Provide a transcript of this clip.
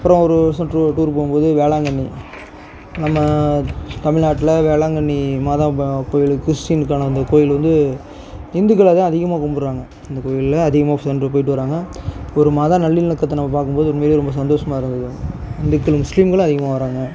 அப்புறம் ஒரு வருஷம் டூ டூர்க்கு போகும்போது வேளாங்கண்ணி நம்ம தமிழ்நாட்டில் வேளாங்கண்ணி மாதா கோயில் கிறிஸ்ட்டினுக்கான அந்த கோயில் வந்து இந்துக்கள் அதான் அதிகமாக கும்பிடுறாங்க அந்த கோயிலில் அதிகமாக சென்று போயிவிட்டு வராங்க ஒரு மத நல்லிணக்கத்தை நம்ம பார்க்கும்போது உண்மையில் ரொம்ப சந்தோசமாக இருந்தது இந்த இடத்துல முஸ்லீம்ங்களும் அதிகமாக வராங்க